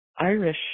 irish